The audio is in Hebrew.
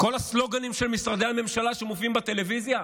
כל הסלוגנים של משרדי הממשלה שמופיעים בטלוויזיה,